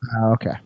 Okay